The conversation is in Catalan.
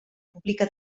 pública